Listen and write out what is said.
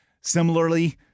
Similarly